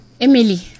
Emily